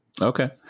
Okay